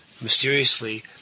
mysteriously